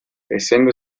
essendo